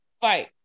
fight